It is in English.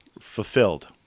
fulfilled